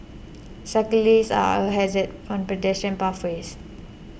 cyclists are a hazard on pedestrian pathways